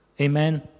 Amen